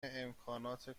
امکانات